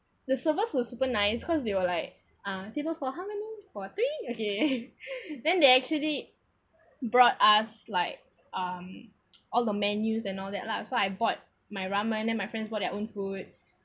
the service was super nice cause they were like uh table for how many for three okay then they actually brought us like um all the menus and all that lah so I bought my ramen then my friends bought their own food